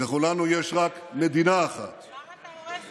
לכולנו יש רק מדינה אחת, למה אתה הורס אותה?